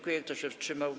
Kto się wstrzymał?